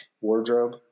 wardrobe